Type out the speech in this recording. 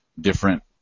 different